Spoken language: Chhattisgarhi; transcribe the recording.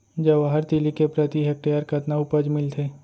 जवाहर तिलि के प्रति हेक्टेयर कतना उपज मिलथे?